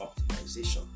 optimization